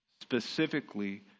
Specifically